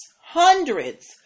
hundreds